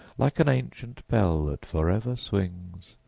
like an ancient bell that forever swings.